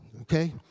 okay